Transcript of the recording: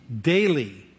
daily